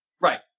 Right